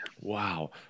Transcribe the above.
Wow